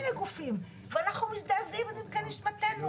דמוקרטיים --- נראה לי שהאופוזיציה התאהבה במחאה,